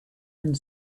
and